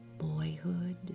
Boyhood